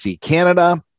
Canada